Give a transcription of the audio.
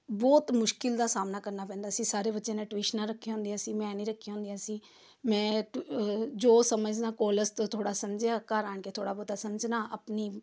ਬਹੁਤ ਮੁਸ਼ਕਿਲ ਦਾ ਸਾਹਮਣਾ ਕਰਨਾ ਪੈਂਦਾ ਸੀ ਸਾਰੇ ਬੱਚਿਆਂ ਨੇ ਟਿਊਸ਼ਨਾਂ ਰੱਖੀਆਂ ਹੁੰਦੀਆਂ ਸੀ ਮੈਂ ਨਹੀਂ ਰੱਖੀਆਂ ਹੁੰਦੀਆਂ ਸੀ ਮੈਂ ਜੋ ਸਮਝਣਾ ਕੋਲਜ ਤੋਂ ਥੋੜ੍ਹਾ ਸਮਝਿਆ ਘਰ ਆਣ ਕੇ ਥੋੜ੍ਹਾ ਬਹੁਤਾ ਸਮਝਣਾ ਆਪਣੀ